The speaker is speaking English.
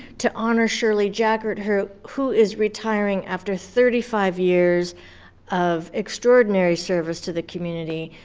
to honor shirley jaggert who who is retiring after thirty five years of extraordinary service to the community.